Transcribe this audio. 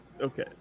Okay